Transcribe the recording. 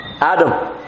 Adam